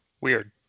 Weird